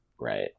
right